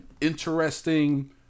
interesting